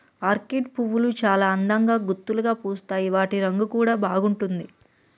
orchid పువ్వులు చాల అందంగా గుత్తులుగా పూస్తాయి వాటి రంగు కూడా బాగుంటుంది